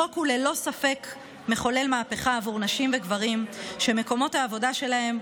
החוק ללא ספק מחולל מהפכה עבור נשים וגברים שמקומות העבודה שלהם,